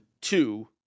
two